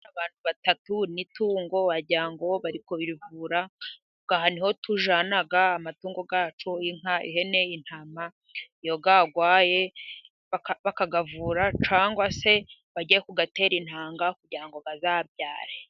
Abantu batatu n'itungo. Wagira ngo bari kurivura. Aha ni ho tujyana amatungo yacu :inka ,ihene, intama iyo yagwaye bakayavura cyangwa se bagiye kuyatera intanga kugira ngo azabyare.